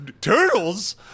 turtles